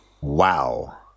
Wow